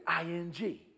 ing